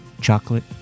chocolate